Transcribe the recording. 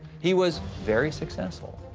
he was very successful.